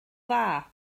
dda